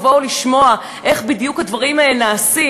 תבואו לשמוע איך בדיוק הדברים נעשים,